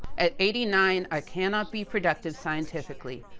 at eighty nine, i cannot be productive scientifically.